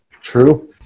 True